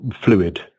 fluid